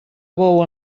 bou